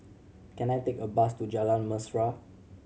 can I take a bus to Jalan Mesra